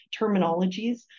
terminologies